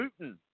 Putin